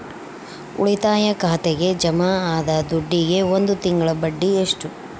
ಉಳಿತಾಯ ಖಾತೆಗೆ ಜಮಾ ಆದ ದುಡ್ಡಿಗೆ ಒಂದು ತಿಂಗಳ ಬಡ್ಡಿ ಎಷ್ಟು?